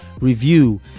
review